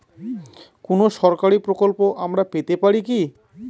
কোন সরকারি প্রকল্প আমরা পেতে পারি কি?